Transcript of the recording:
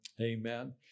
Amen